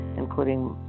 including